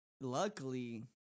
luckily